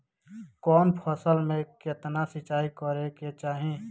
कवन फसल में केतना सिंचाई करेके चाही?